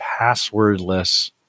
passwordless